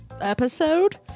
episode